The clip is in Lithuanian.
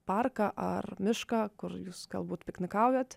parką ar mišką kur jūs galbūt piknikaujat